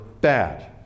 bad